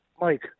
Mike